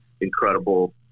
incredible